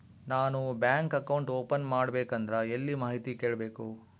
ನಾನು bank account open ಮಾಡಬೇಕಂದ್ರ ಮಾಹಿತಿ ಎಲ್ಲಿ ಕೇಳಬೇಕು?